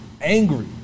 angry